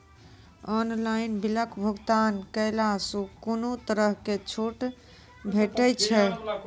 Online बिलक भुगतान केलासॅ कुनू तरहक छूट भेटै छै?